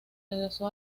regresó